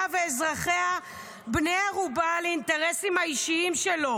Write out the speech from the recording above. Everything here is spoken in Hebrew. ואזרחיה בני ערובה לאינטרסים האישיים שלו".